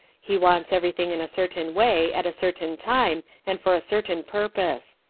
he wants everything in a certain way at a certain time and for a certain purpose.